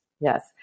yes